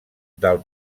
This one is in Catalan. del